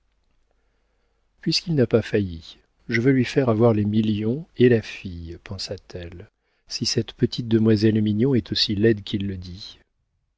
puisqu'il n'a pas failli je veux lui faire avoir les millions et la fille pensa-t-elle si cette petite demoiselle mignon est aussi laide qu'il le dit